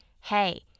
hey